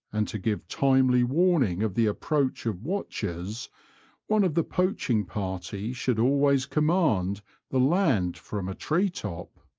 and to give timely warning of the approach of watchers, one of the poaching party should always command the land from a tree top.